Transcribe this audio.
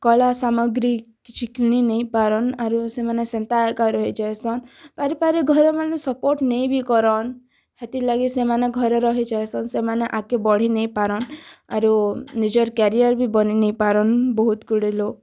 କଳା ସାମଗ୍ରୀ କିଛି କିଣି ନାଇଁ ପାରନ୍ ଆରୁ ସେମାନେ ସେନ୍ତା ଏକା ରହି ଯାଏସନ୍ ପାରି ପାରି ଘର୍ମାନେ ସପୋର୍ଟ୍ ନାଇଁ ବି କରନ୍ ହେଥିର୍ଲାଗି ସେମାନେ ଘରେ ରହିଯାଏସନ୍ ସେମାନେ ଆଗ୍କେ ବଢ଼ି ନାଇ ପାରନ୍ ଆରୁ ନିଜର୍ କ୍ୟାରିଅର୍ ବି ବନେଇ ନାଇ ପାରନ୍ ବହୁତ୍ ଗୁଡ଼େ ଲୋକ୍